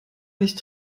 nicht